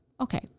Okay